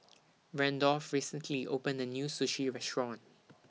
Randolph recently opened A New Sushi Restaurant